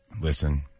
Listen